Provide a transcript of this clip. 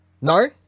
no